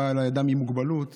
בא אליי אדם עם מוגבלות ואמר: